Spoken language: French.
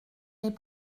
est